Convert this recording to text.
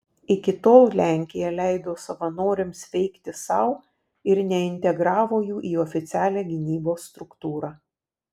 iki tol lenkija leido savanoriams veikti sau ir neintegravo jų į oficialią gynybos struktūrą